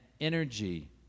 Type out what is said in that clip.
energy